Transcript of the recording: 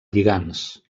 lligands